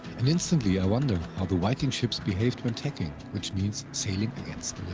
and instantly i wonder, how the viking ships behaved when tacking, which means sailing against the wind.